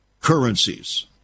Currencies